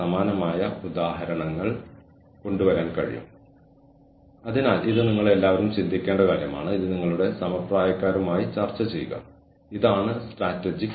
കൂടാതെ നമ്മളുടെ പ്രകടനം വർധിപ്പിക്കാനും നമുക്ക് എന്തുചെയ്യാൻ കഴിയുമെന്ന് തെളിയിക്കാനും നമ്മൾക്ക് ഒരു പ്രത്യേക പ്രോത്സാഹനം ഇല്ലെങ്കിൽ അതുപോലെ നമ്മളുടെ സംഭാവനകൾ എങ്ങനെ ഫലപ്രദമാണെന്ന് കാണാൻ കഴിയുന്നില്ലെങ്കിൽ നമ്മൾ ഒന്നും ചെയ്യാൻ ആഗ്രഹിക്കില്ല